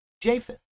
Japheth